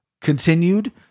continued